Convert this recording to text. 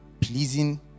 pleasing